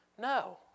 No